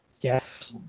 Yes